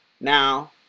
Now